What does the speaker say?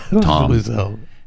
Tom